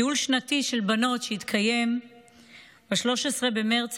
טיול שנתי של בנות שהתקיים ב-13 במרץ